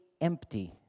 empty